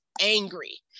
angry